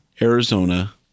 Arizona